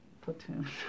platoon